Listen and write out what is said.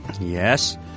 yes